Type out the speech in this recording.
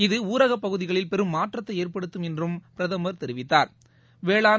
இது ஊரகப் பகுதிகளில் பெரும் மாற்றத்தை ஏற்படுத்தும் என்றும் அவர் தெிவித்தாா்